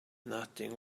nothing